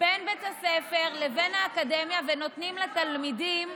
בין בית הספר לבין האקדמיה ונותנים לתלמידים